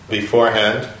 beforehand